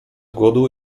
głodu